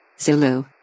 Zulu